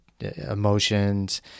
emotions